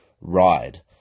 ride